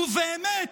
ובאמת,